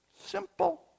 Simple